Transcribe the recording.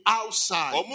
outside